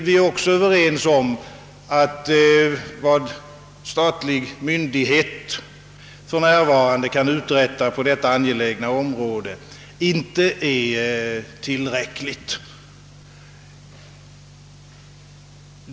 Vi är också överens om att vad statlig myndighet för närvarande kan uträtta på detta angelägna område inte är tillräckligt.